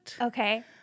Okay